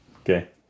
Okay